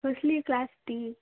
कसली क्लास ती